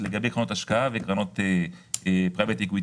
וגם בתחום ה ---,